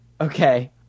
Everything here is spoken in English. Okay